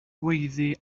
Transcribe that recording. gweiddi